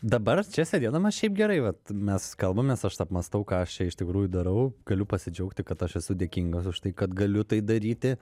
dabar čia sėdėdama šiaip gerai vat mes kalbamės aš apmąstau ką aš čia iš tikrųjų darau galiu pasidžiaugti kad aš esu dėkingas už tai kad galiu tai daryti